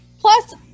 plus